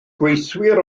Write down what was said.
gweithwyr